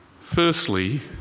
firstly